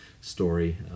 story